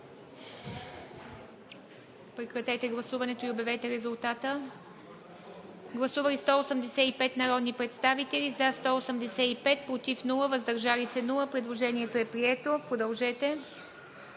прекратете гласуването и обявете резултата. Гласували 189 народни представители: за 189, против и въздържали се няма. Предложението е прието. Продължете